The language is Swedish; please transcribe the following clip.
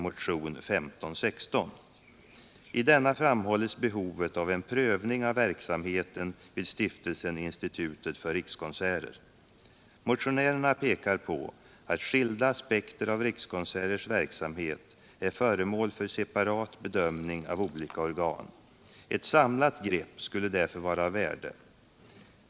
Motionärerna pekar på att skilda aspekter av Rikskonserters verksamhet är föremål för separat bedömning av olika organ. Ett samlat grepp skulle därför vara av värde.